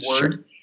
word